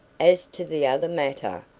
as to the other matter,